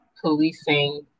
policing